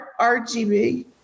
RGB